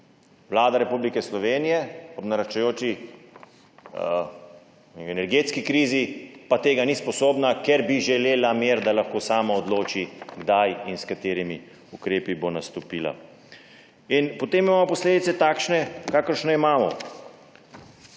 Vlada Republike Slovenije ob naraščajoči energetski krizi pa tega ni sposobna, ker bi želela mir, da lahko sama odloči, kdaj in s katerimi ukrepi bo nastopila. Potem imamo posledice, takšne, kakršne imamo.